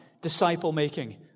disciple-making